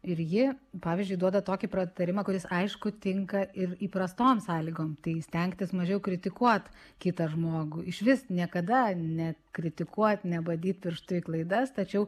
ir ji pavyzdžiui duoda tokį pratarimą kuris aišku tinka ir įprastom sąlygom tai stengtis mažiau kritikuot kitą žmogų išvis niekada ne kritikuot ne badyt pirštu į klaidas tačiau